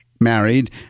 Married